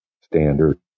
standard